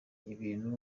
ibintu